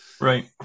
Right